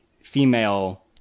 female